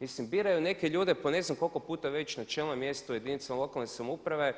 Mislim biraju neke ljude po ne znam koliko puta već na čelno mjesto jedinice lokalne samouprave